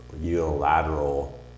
unilateral